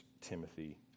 Timothy